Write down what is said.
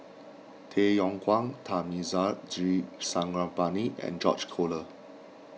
Tay Yong Kwang Thamizhavel G Sarangapani and George Collyer